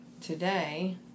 Today